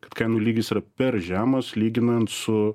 kad kainų lygis yra per žemas lyginant su